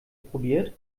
probiert